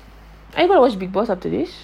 I thought it was big boss after this